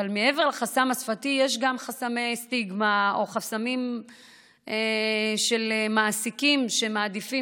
אבל מעבר לחסם השפתי יש גם חסמי סטיגמה או חסמים של מעסיקים שמעדיפים,